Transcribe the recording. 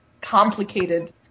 complicated